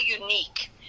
unique